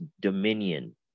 dominion